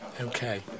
Okay